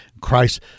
Christ